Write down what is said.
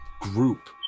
group